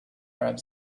arab